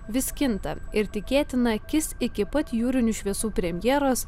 vis kinta ir tikėtina akis iki pat jūrinių šviesų premjeros